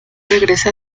regresa